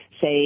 say